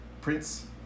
Prince